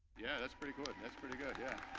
yeah, that's pretty good. and that's pretty good, yeah